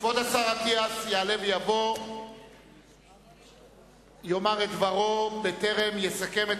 כבוד השר אטיאס יעלה ויבוא ויאמר את דברו בטרם יסכם את